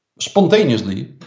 spontaneously